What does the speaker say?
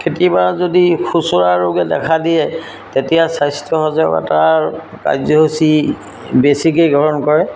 কেতিয়াবা যদি সোঁচৰা ৰোগে দেখা দিয়ে তেতিয়া স্বাস্থ্য সজাগতাৰ কাৰ্যসূচী বেছিকৈ গ্ৰহণ কৰে